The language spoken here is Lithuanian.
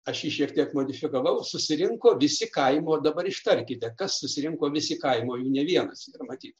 aš jį šiek tiek modifikavau susirinko visi kaimo dabar ištarkite kad susirinko visi kaimo jų ne viena matyt